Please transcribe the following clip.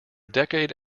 decade